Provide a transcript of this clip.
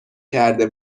کرده